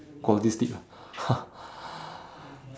quality sleep lah